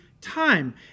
time